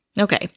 Okay